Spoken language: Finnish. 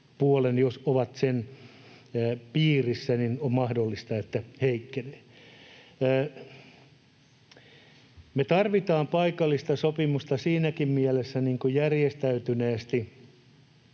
jos ovat sen piirissä — on mahdollista, että ne heikkenevät. Me tarvitaan paikallista sopimusta siinäkin mielessä järjestäytyneesti,